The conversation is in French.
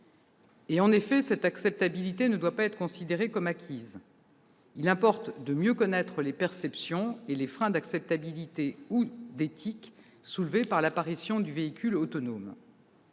Médevielle, cette acceptabilité ne doit pas être considérée comme acquise. Il importe de mieux connaître les perceptions et les freins d'acceptabilité ou éthiques suscités par l'apparition du véhicule autonome.